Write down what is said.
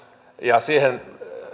ja siihen